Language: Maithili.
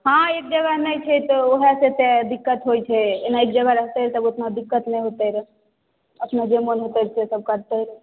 हँ एक जगह नहि छै तऽ उएह से तऽ दिक्कत होइ छै एना एक जगह रहितै तऽ ओतना दिक्कत नहि होते रऽ अपना जे मोन होते से सब करते